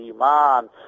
Iman